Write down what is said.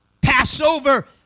Passover